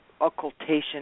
Occultation